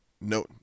no